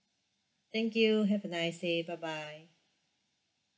thank you have a nice day bye bye